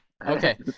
Okay